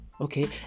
okay